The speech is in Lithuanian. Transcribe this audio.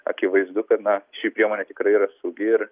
akivaizdu kad na ši priemonė tikrai yra saugi ir